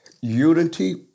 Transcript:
unity